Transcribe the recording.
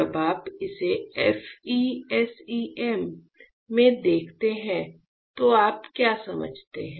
जब आप इसे FE SEM में देखते हैं तो आप क्या समझते हैं